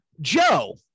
Joe